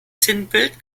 sinnbild